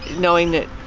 knowing that,